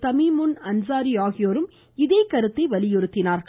Tamim முன் அன்சாரி ஆகியோரும் இதே கருத்தை வலியுறுத்தினர்